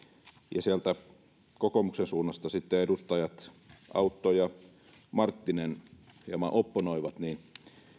ja kun sieltä kokoomuksen suunnasta sitten edustajat autto ja marttinen hieman opponoivat niin